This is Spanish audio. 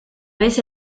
vez